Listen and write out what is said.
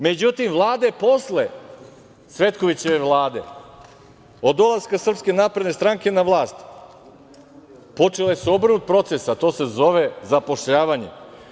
Međutim, vlade posle Cvetkovićeve, od dolaska SNS na vlast, počele su obrnut proces, a to se zove zapošljavanje.